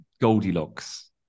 Goldilocks